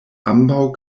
ambaŭ